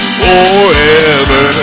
forever